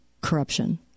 corruption